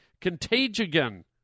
contagion